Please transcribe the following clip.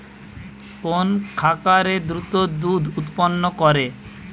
কোন খাকারে দ্রুত দুধ উৎপন্ন করে?